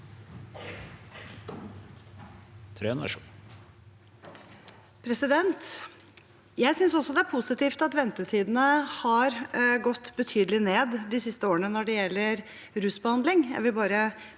Jeg synes også det er positivt at ventetidene har gått betydelig ned de siste årene når det gjelder rusbehandling.